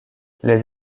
les